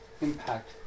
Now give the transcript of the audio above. impact